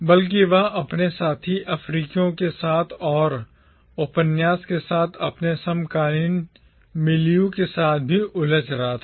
बल्कि वह अपने साथी अफ्रीकियों के साथ और उपन्यास के साथ अपने समकालीन मिलियू के साथ भी उलझ रहा था